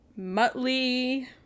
Muttley